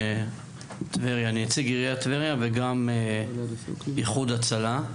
נציג עיריית טבריה וגם ׳איחוד הצלה׳.